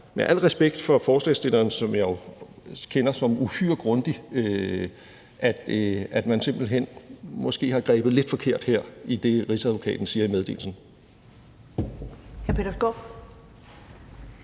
med al respekt for forslagsstilleren, som jeg jo kender som uhyre grundig, at man simpelt hen måske har grebet lidt forkert her i det, Rigsadvokaten siger i meddelelsen.